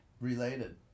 related